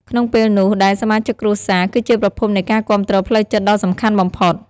ក្នុងពេលនោះដែរសមាជិកគ្រួសារ គឺជាប្រភពនៃការគាំទ្រផ្លូវចិត្តដ៏សំខាន់បំផុត។